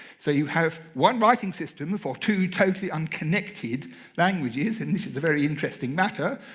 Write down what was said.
so you have one writing system for two totally unconnected languages, and this is a very interesting matter.